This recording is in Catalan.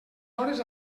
hores